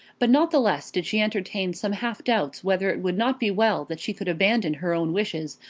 but not the less did she entertain some half doubts whether it would not be well that she could abandon her own wishes,